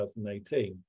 2018